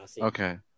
Okay